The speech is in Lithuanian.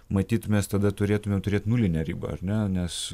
matyt mes tada turėtumėm turėti nulinę ribą ar ne nes